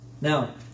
Now